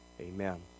amen